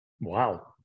Wow